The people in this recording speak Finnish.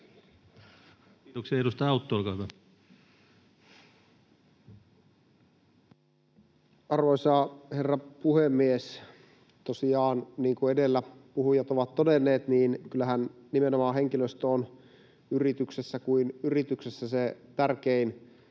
Kiitoksia. — Edustaja Autto, olkaa hyvä. Arvoisa herra puhemies! Tosiaan, niin kuin edellä puhujat ovat todenneet, kyllähän nimenomaan henkilöstö on yrityksessä kuin yrityksessä se tärkein